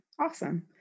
Awesome